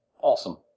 Awesome